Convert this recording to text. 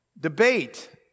debate